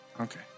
Okay